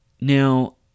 Now